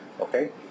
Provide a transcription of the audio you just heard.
Okay